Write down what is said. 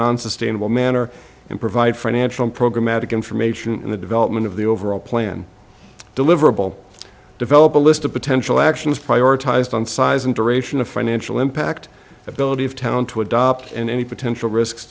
unsustainable manner and provide financial programatic information in the development of the overall plan deliverable develop a list of potential actions prioritized on size and duration of financial impact ability of town to adopt and any potential risks